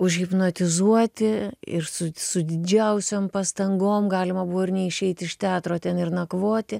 užhipnotizuoti ir su su didžiausiom pastangom galima buvo ir neišeit iš teatro ten ir nakvoti